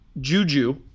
Juju